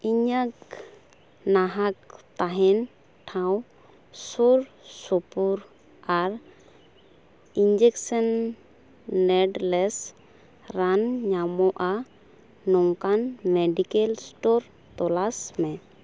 ᱤᱧᱟᱹᱜ ᱱᱟᱦᱟᱜᱽ ᱛᱟᱦᱮᱱ ᱴᱷᱟᱶ ᱥᱩᱨ ᱥᱩᱯᱩᱨ ᱟᱨ ᱤᱧᱡᱮᱠᱥᱮᱱ ᱱᱮᱰᱞᱮᱥ ᱨᱟᱱ ᱧᱟᱢᱚᱜᱼᱟ ᱱᱚᱝᱠᱟᱱ ᱢᱮᱰᱤᱠᱮᱞ ᱥᱴᱳᱨ ᱛᱚᱞᱟᱥᱢᱮ